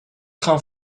gaan